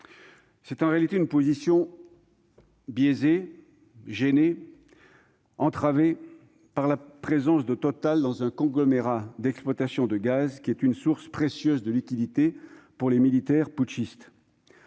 C'est en réalité une position biaisée, gênée, entravée par la présence de Total dans un conglomérat d'exploitation de gaz, source précieuse de liquidités pour les militaires putschistes.